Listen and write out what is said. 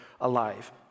alive